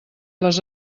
les